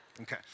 Okay